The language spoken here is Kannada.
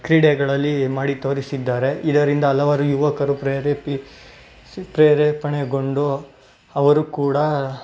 ಕ್ರೀಡೆಗಳಲ್ಲಿ ಮಾಡಿ ತೋರಿಸಿದ್ದಾರೆ ಇದರಿಂದ ಹಲವಾರು ಯುವಕರು ಪ್ರೇರಿಪಿ ಸಿ ಪ್ರೇರೇಪಣೆಗೊಂಡು ಅವರು ಕೂಡ